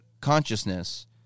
consciousness